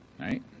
right